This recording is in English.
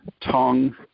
tongue